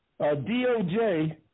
DOJ